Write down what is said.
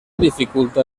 dificulta